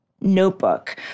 notebook